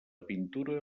pintura